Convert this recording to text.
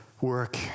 work